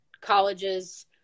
colleges